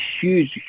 huge